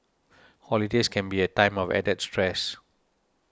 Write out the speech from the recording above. holidays can be a time of added stress